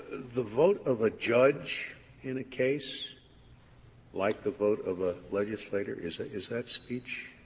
the vote of a judge in a case like the vote of a legislator? is ah is that speech?